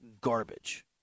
garbage